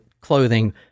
clothing